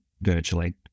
virtually